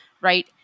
right –